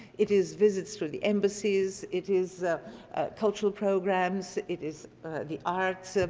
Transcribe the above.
it is visits through the embassies. it is cultural programs. it is the arts.